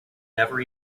never